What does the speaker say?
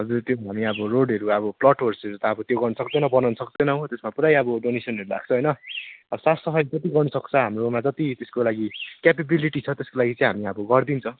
हजुर त्यो भने अब रोडहरू अब त्यो प्लटहरू त त्यो गर्न सक्दैनौँ बनाउन सक्दैन हो त्यसमा त पुरै अब डोनेसनहरू लाग्छ होइन अब साफ सफाई जति गर्नुसक्छ हाम्रोमा जति त्यसको लागि क्यापेबिलिटी छ त्यसको लागि चाहिँ हामी अब गरिदिन्छ